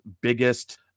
biggest